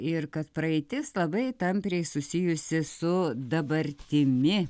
ir kad praeitis labai tampriai susijusi su dabartimi